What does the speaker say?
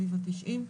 סביב התשעים,